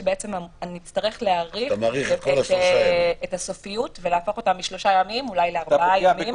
שנצטרך להאריך את הסופיות ולהפוך אותה משלושה ימים לארבעה ימים אולי,